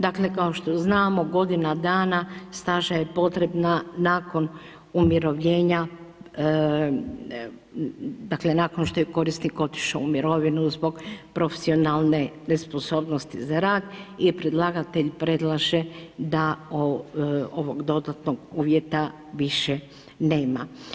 Dakle, kao što znamo, godina dana staža je potrebna nakon umirovljenja, dakle nakon što je korisnik otišao u mirovinu zbog profesionalne nesposobnosti za rad i predlagatelj predlaže da ovog dodatnog uvjeta više nema.